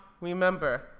remember